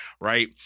right